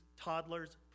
toddlers